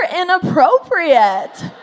inappropriate